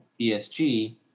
ESG